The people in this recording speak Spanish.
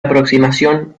aproximación